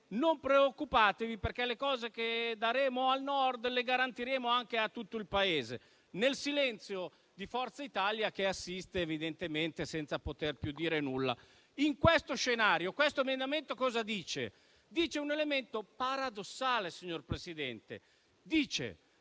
non preoccupatevi, perché le cose che daremo al Nord le garantiremo anche a tutto il Paese. Tutto ciò nel silenzio di Forza Italia, che evidentemente assiste senza poter più dire nulla. In questo scenario, l'emendamento 4.203 afferma un elemento paradossale, signor Presidente,